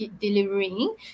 delivering